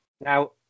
Now